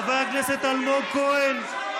בואו נשמור על תרבות השיח.